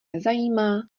nezajímá